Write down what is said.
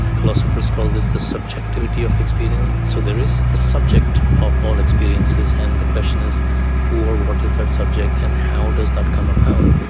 philosophers call this the subjectivity of experience. so there is a subject of all experiences, and the question is who or what is that subject and how does that come about?